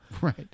Right